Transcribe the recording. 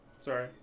sorry